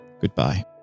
goodbye